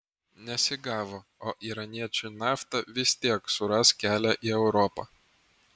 nesigavo o iraniečių nafta vis tiek suras kelią į europą